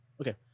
Okay